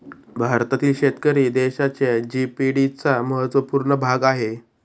भारतातील शेतकरी देशाच्या जी.डी.पी चा महत्वपूर्ण भाग आहे